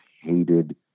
hated